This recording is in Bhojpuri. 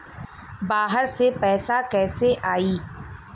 बाहर से पैसा कैसे आई?